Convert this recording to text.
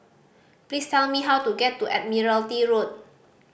please tell me how to get to Admiralty Road